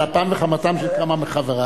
על אפם וחמתם של כמה מחבריו,